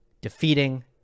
defeating